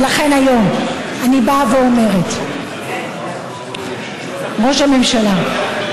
ולכן היום אני באה ואומרת: ראש הממשלה,